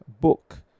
book